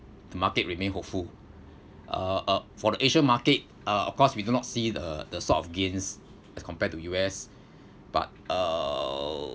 the market remain hopeful uh uh for the asia market uh of course we do not see the the sort of gains as compared to U_S but uh